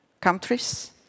countries